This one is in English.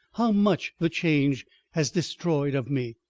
how much the change has destroyed of me.